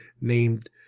named